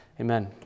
Amen